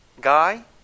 Guy